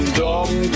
dumb